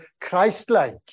Christ-like